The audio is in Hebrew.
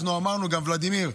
אנחנו אמרנו כאן, ולדימיר,